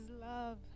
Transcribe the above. love